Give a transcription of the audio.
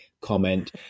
comment